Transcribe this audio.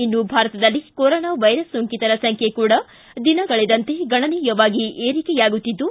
ಇನ್ನು ಭಾರತದಲ್ಲಿ corona virus ಸೋಂಕಿತರ ಸಂಬ್ಕೆ ಕೂಡ ದಿನಗಳೆದಂತೆ ಗಣನೀಯವಾಗಿ ಏರಿಕೆಯಾಗುತ್ತಿದ್ದು